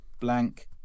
Blank